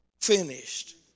finished